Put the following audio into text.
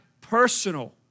personal